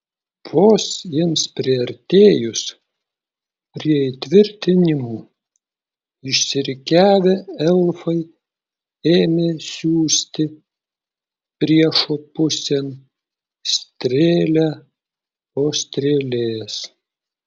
vos jiems priartėjus prie įtvirtinimų išsirikiavę elfai ėmė siųsti priešo pusėn strėlę po strėlės